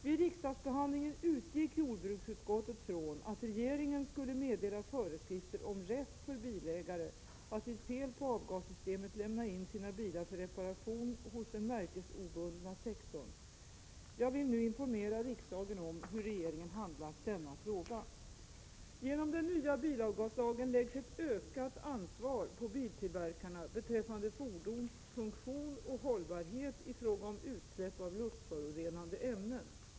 Vid riksdagsbehandlingen utgick jordbruksutskottet från att regeringen skulle meddela föreskrifter om rätt för bilägare att vid fel på avgassystemet lämna in sina bilar för reparation hos den märkesobundna sektorn. Jag vill nu informera riksdagen om hur regeringen handlagt denna fråga. Genom den nya bilavgaslagen läggs ett ökat ansvar på biltillverkarna beträffande fordons funktion och hållbarhet i fråga om utsläpp av luftförorenande ämnen.